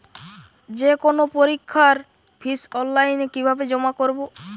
যে কোনো পরীক্ষার ফিস অনলাইনে কিভাবে জমা করব?